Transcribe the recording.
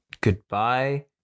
Goodbye